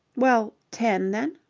well, ten, then?